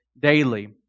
daily